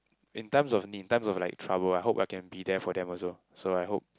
in times of need in times of like trouble I hope I can be there for them also so I hope